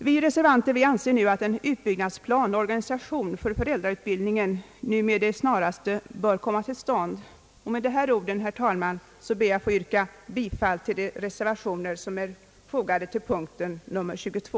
Vi reservanter anser att en utbyggnadsplan och organisation för föräldrautbildningen med det Snaraste bör komma till stånd. Med dessa ord, herr talman, ber jag att få yrka bifall till de reservationer som är fogade till punkt 22.